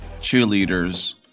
cheerleaders